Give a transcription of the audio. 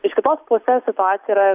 iš kitos pusės situacija yra